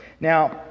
Now